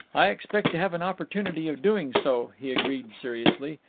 i expect to have an opportunity of doing so, he agreed seriously.